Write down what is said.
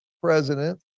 president